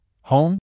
home